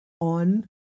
on